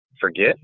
forget